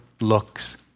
looks